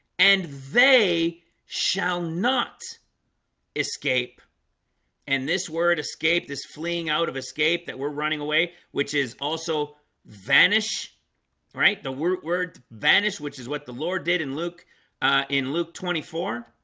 and they shall not escape and this word escape this fleeing out of escape that we're running away, which is also vanish right the word word vanish, which is what the lord did in luke, ah in luke twenty four